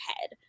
head